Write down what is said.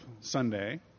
Sunday